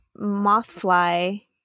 Mothfly